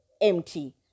empty